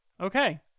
Okay